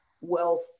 wealth